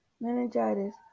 meningitis